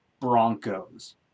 Broncos